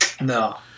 No